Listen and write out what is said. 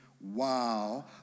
wow